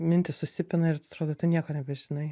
mintys susipina ir atrodo tu nieko nebežinai